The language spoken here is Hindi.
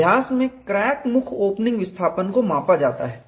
अभ्यास में क्रैक मुख ओपनिंग विस्थापन को मापा जाता है